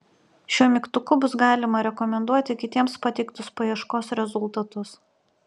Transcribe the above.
šiuo mygtuku bus galima rekomenduoti kitiems pateiktus paieškos rezultatus